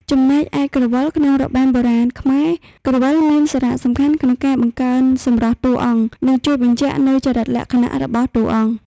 ចំណែកឯក្រវិល ក្នុងរបាំបុរាណខ្មែរ ក្រវិលមានសារៈសំខាន់ក្នុងការបង្កើនសម្រស់តួអង្គ និងជួយបញ្ជាក់នូវចរិតលក្ខណៈរបស់តួអង្គ។